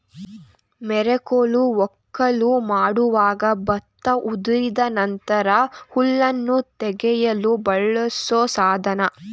ಮೆರಕೋಲು ವಕ್ಕಲು ಮಾಡುವಾಗ ಭತ್ತ ಉದುರಿದ ನಂತರ ಹುಲ್ಲನ್ನು ತೆಗೆಯಲು ಬಳಸೋ ಸಾಧನ